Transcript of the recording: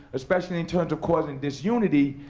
especially in terms of causing disunity.